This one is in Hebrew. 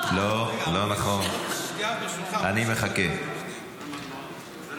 אושרה בקריאה ראשונה ותחזור